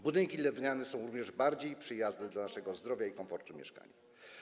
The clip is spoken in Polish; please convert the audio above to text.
Budynki drewniane są również bardziej przyjazne dla naszego zdrowia i komfortu mieszkania.